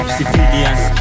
civilians